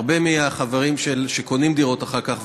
הרבה מהחברים שקונים דירות אחר כך,